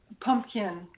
pumpkin